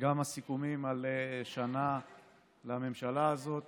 וגם הסיכומים על שנה לממשלה הזאת.